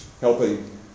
helping